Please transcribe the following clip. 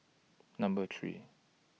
Number three